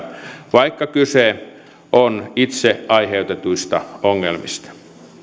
vaikka kyse on itse aiheutetuista ongelmista